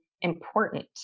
important